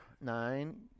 nine